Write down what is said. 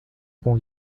bon